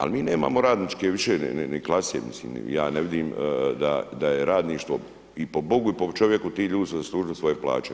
Al mi nemamo radničke više ni klase, mislim, ja ne vidim da je radništvo i po Bogu i po čovjeku, ti ljudi su zaslužili svoje plaće.